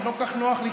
לא כל כך נוח לי,